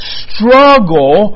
struggle